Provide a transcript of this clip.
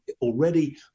already